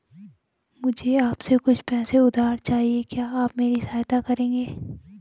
मुझे आपसे कुछ पैसे उधार चहिए, क्या आप मेरी सहायता करेंगे?